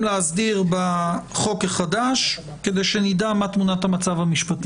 להסדיר בחוק החדש כדי שנדע מהי תמונת המצב המשפטי.